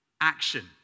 action